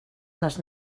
les